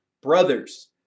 Brothers